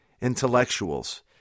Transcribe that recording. intellectuals